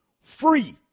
free